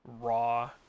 raw